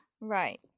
Right